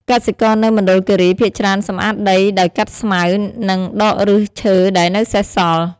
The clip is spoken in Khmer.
កសិករនៅមណ្ឌលគិរី ភាគច្រើនសម្អាតដីដោយកាត់ស្មៅ និងដកឫសឈើដែលនៅសេសសល់។